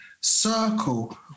Circle